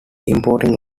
importing